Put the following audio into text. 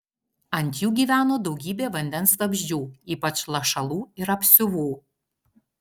ant jų gyveno daugybė vandens vabzdžių ypač lašalų ir apsiuvų